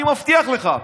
אני מבטיח לך,